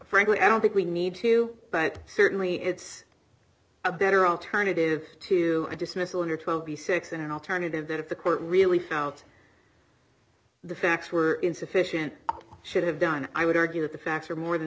frankly i don't think we need to but certainly it's a better alternative to a dismissal under twelve b six an alternative that if the court really out the facts were insufficient should have done i would argue that the facts are more than